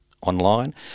online